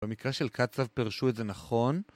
במקרה של קצב פרשו את זה נכון.